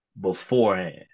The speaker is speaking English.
beforehand